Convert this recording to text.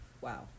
Wow